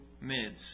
mids